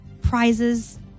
prizes